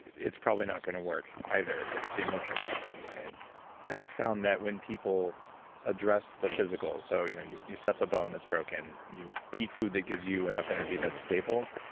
it's probably going to work, either, if the emotional stuff's in the way and i have found that when people address the physical, so you know you you set the bone that's broken you eat food that gives you enough energy that's stable,